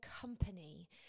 company